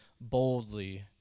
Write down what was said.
boldly